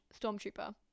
stormtrooper